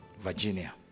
Virginia